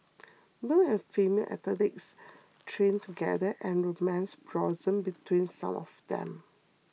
male and female athletes trained together and romance blossomed between some of them